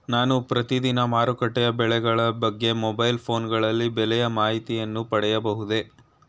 ನಾನು ಪ್ರತಿದಿನ ಮಾರುಕಟ್ಟೆಯ ಬೆಲೆಗಳ ಬಗ್ಗೆ ಮೊಬೈಲ್ ಫೋನ್ ಗಳಲ್ಲಿ ಬೆಲೆಯ ಮಾಹಿತಿಯನ್ನು ಪಡೆಯಬಹುದೇ?